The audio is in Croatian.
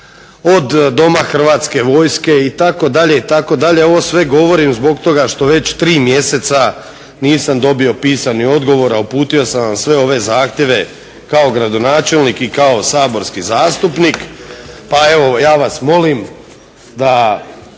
od doma hrvatske vojske itd., itd. Ovo sve govorim zbog toga što već 3 mjeseca nisam dobio pisani odgovor, a uputio sam vam sve ove zahtjeve kao gradonačelnik i kao saborski zastupnik. A evo ja vas molim da